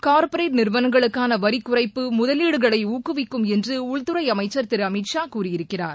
corporate நிறுவனங்களுக்கான வரிக்குறைப்பு முதலீடுகளை ஊக்குவிக்கும் என்று உள்துறை அமைச்சர் திரு அமித்ஷா கூறியிருக்கிறார்